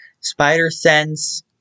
Spider-Sense